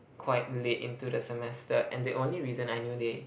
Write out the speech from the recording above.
quite late into the semester and the only reason I knew they